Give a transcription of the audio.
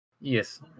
Yes